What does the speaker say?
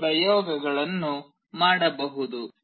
ಪ್ರಯೋಗಗಳನ್ನು ಮಾಡಬಹುದು